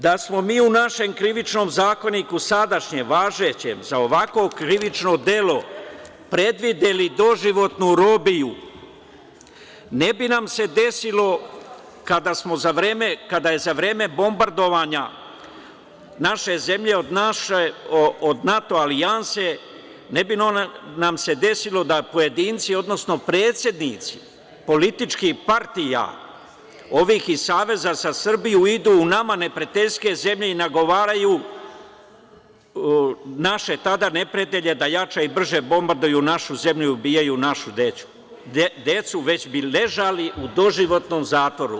Da smo mi u našem Krivičnim zakoniku, sadašnjem, važećem, za ovakvo krivično delo predvideli doživotnu robiju, ne bi nam se desilo, kada je za vreme bombardovanja naše zemlje od NATO alijanse, da pojedinci, odnosno predsednici političkih partija ovih iz Saveza za Srbiju idu u nama neprijateljske zemlje i nagovaraju naše tada neprijatelje da jače i brže bombarduju našu zemlju i ubijaju našu decu, već bi ležali u doživotnom zatvoru.